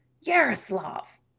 Yaroslav